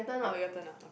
oh your turn ah okay